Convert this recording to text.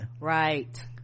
right